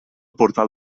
portal